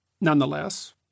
nonetheless